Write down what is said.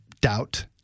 doubt